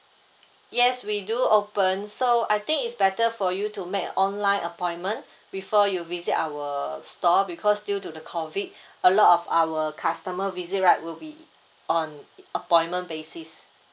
yes we do open so I think it's better for you to make a online appointment before you visit our store because due to the COVID a lot of our customer visit right will be on appointment basis